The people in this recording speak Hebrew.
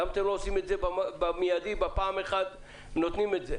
למה אתם לא עושים את זה במיידי ובפעם אחת נותנים את זה?